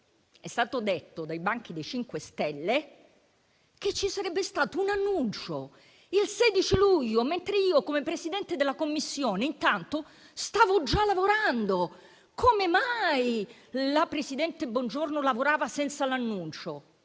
È stato detto dai banchi dei 5 Stelle che ci sarebbe stato un annuncio il 16 luglio, mentre io, come Presidente della Commissione, intanto stavo già lavorando. Come mai la presidente Bongiorno lavorava senza l'annuncio?